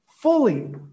fully